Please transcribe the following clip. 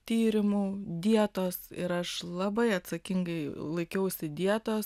tyrimų dietos ir aš labai atsakingai laikiausi dietos